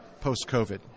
post-covid